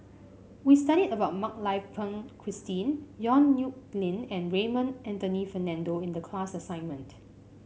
we studied about Mak Lai Peng Christine Yong Nyuk Lin and Raymond Anthony Fernando in the class assignment